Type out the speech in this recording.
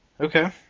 Okay